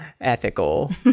ethical